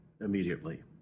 immediately